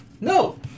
No